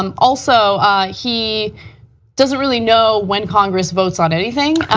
um also he doesn't really know when congress votes on anything.